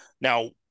Now